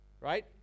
right